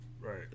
right